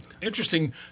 interesting